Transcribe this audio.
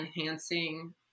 enhancing